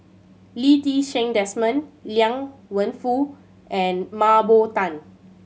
Lee Ti Seng Desmond Liang Wenfu and Mah Bow Tan